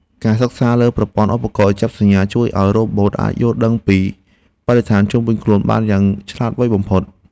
ការសិក្សាលើប្រព័ន្ធឧបករណ៍ចាប់សញ្ញាជួយឱ្យរ៉ូបូតអាចយល់ដឹងពីបរិស្ថានជុំវិញខ្លួនបានយ៉ាងឆ្លាតវៃបំផុត។